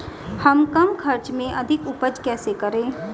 हम कम खर्च में अधिक उपज कैसे करें?